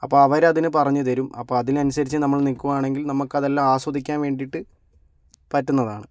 അപ്പം അവരതിന് പറഞ്ഞ് തരും അപ്പം അതിനനുസരിച്ച് നമ്മള് നിൽക്കുവാണെങ്കിൽ നമ്മക്കതല്ലാം ആസ്വദിക്കാൻ വേണ്ടിയിട്ട് പറ്റുന്നതാണ്